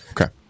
Okay